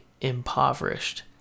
impoverished